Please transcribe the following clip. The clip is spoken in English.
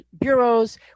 bureaus